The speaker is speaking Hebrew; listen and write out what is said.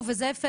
הוא וזאב פלדמן,